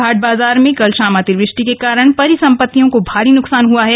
घाट बजार में कल भााम अतिवृष्टि के कारण परिसंपत्तियों का भारी नुकसान हुआ है